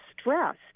stressed